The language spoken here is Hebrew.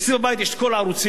אצלי בבית יש כל הערוצים,